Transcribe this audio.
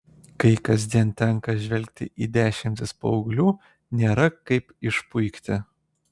kai kasdien tenka žvelgti į dešimtis paauglių nėra kaip išpuikti